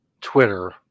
Twitter